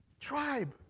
Tribe